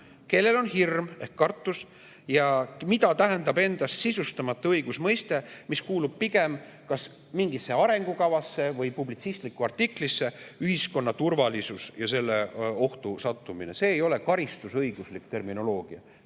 kellel on hirm ehk kartus ja mida tähendab sisustamata õigusmõiste, mis kuulub pigem mingisse arengukavasse või publitsistlikku artiklisse – ühiskonna turvalisus ja selle ohtu sattumine. See ei ole karistusõiguslik terminoloogia.